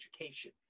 education